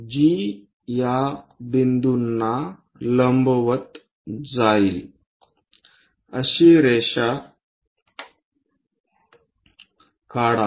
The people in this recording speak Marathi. जी या बिंदूंना लंबवत जाईल अशी रेषा काढा